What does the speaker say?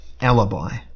alibi